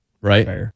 right